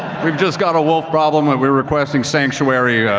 we've just got a wolf problem and we're requesting sanctuary,